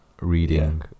reading